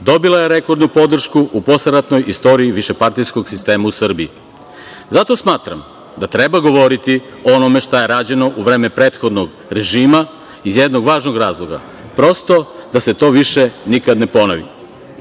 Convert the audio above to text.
dobila je rekordnu podršku u posleratnoj istoriji višepartijskog sistema u Srbiji. Zato smatram da treba govoriti o onome šta je rađeno u vreme prethodnog režima iz jednog važnog razloga, prosto da se to više nikada ne ponovi. Naši